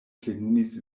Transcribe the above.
plenumis